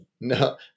no